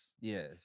Yes